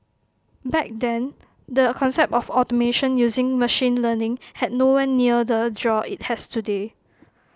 back then the concept of automation using machine learning had nowhere near the A draw IT has today